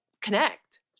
connect